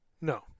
No